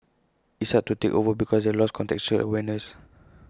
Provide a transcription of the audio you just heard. it's hard to take over because they lost contextual awareness